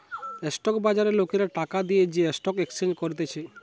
stock বাজারে লোকরা টাকা দিয়ে যে স্টক এক্সচেঞ্জ করতিছে